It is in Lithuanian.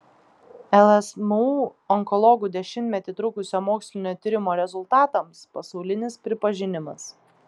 lsmu onkologų dešimtmetį trukusio mokslinio tyrimo rezultatams pasaulinis pripažinimas